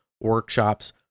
workshops